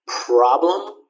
problem